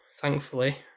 thankfully